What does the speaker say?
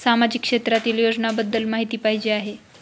सामाजिक क्षेत्रातील योजनाबद्दल माहिती पाहिजे आहे?